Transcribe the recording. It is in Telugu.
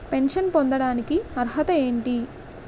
పెన్షన్ పొందడానికి అర్హత ఏంటి?